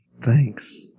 Thanks